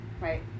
right